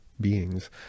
beings